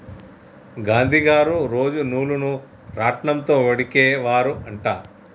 గాంధీ గారు రోజు నూలును రాట్నం తో వడికే వారు అంట